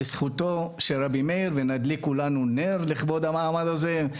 בזכותו של רבי מאיר ונדליק כולנו נר לכבוד המעמד הזה.